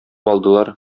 алдылар